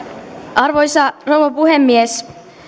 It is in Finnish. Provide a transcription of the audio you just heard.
arvoisa rouva puhemies